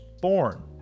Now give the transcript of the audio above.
born